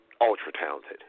ultra-talented